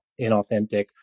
inauthentic